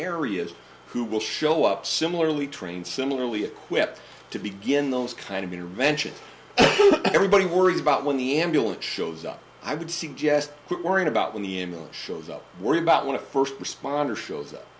areas who will show up similarly trained similarly equipped to begin those kind of intervention everybody worries about when the ambulance shows up i would suggest worrying about when the amulet shows up worry about when a first responder shows up